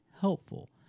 helpful